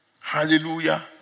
Hallelujah